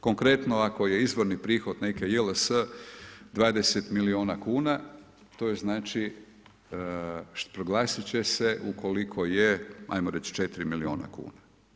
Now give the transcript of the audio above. Konkretno, ako je izvrni prihod neke JLS 20 milijuna kuna, to znači proglasiti će se, ukoliko je, ajmo reći 4 milijuna kuna.